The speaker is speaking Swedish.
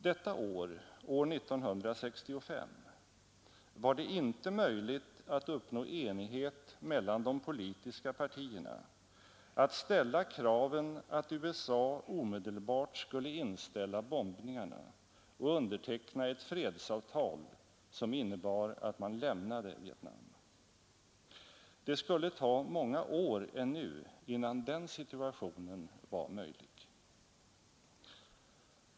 Detta år — år 1965 — var det inte möjligt att uppnå enighet mellan de politiska partierna att ställa kraven att USA omedelbart skulle inställa bombningarna och underteckna ett fredsavtal, som innebar att man lämnade Vietnam. Det skulle ta många år ännu innan den situationen var möjlig.